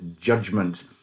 judgment